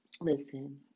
Listen